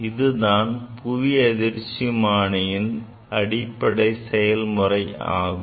இதுதான் புவி அதிர்ச்சிமானியின் அடிப்படை செயல்முறை ஆகும்